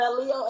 Leo